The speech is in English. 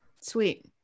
Sweet